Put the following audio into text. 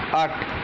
আট